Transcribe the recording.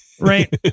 Right